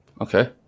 Okay